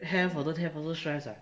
then have or don't have also stress ah